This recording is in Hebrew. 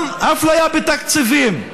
גם אפליה בתקציבים,